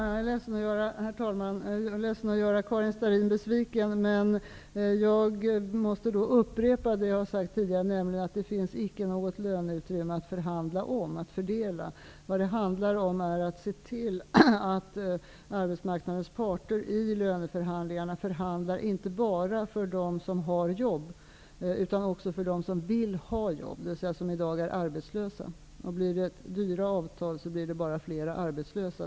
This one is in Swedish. Herr talman! Jag är ledsen att göra Karin Starrin besviken, men jag måste upprepa det jag har sagt tidigare, nämligen att det icke finns något löneutrymme att fördela. Vad det handlar om är att se till att arbetsmarknadens parter i löneförhandlingarna förhandlar inte bara för dem som har jobb, utan också för dem som vill ha jobb, dvs. de som i dag är arbetslösa. Om det blir dyra avtal blir det bara flera arbetslösa.